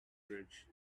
bridge